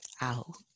out